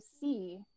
see